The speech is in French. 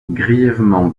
grièvement